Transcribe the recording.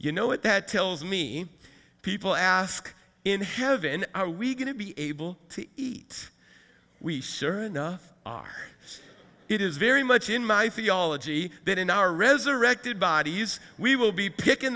you know what that tells me people ask in have in are we going to be able to eat we sure enough are it is very much in my theology that in our resurrected bodies we will be picking